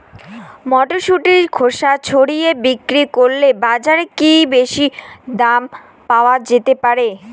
মটরশুটির খোসা ছাড়িয়ে বিক্রি করলে বাজারে কী বেশী দাম পাওয়া যেতে পারে?